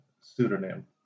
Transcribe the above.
pseudonym